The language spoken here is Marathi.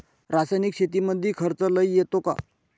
रासायनिक शेतीमंदी खर्च लई येतो का?